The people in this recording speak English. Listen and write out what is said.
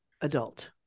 adult